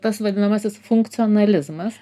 tas vadinamasis funkcionalizmas